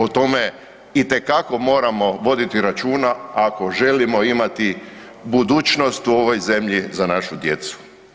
O tome itekako moramo voditi računa ako želimo imati budućnost u ovoj zemlji za našu djecu.